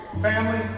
family